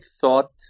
thought